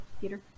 Peter